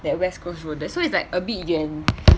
that west coast road there so it's like a bit 远